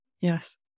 yes